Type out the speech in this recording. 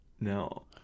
no